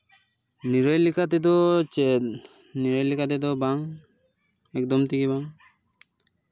ᱱᱤᱨᱟᱹᱭ ᱞᱮᱠᱟ ᱛᱮᱫᱚ ᱪᱮᱫ ᱱᱤᱨᱟᱹᱭ ᱞᱮᱠᱟ ᱛᱮᱫᱚ ᱵᱟᱝ ᱮᱠ ᱫᱚᱢ ᱛᱮᱜᱮ ᱵᱚᱱ